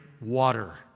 water